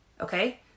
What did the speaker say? okay